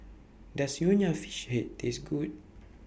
Does Nonya Fish Head Taste Good